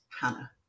Hannah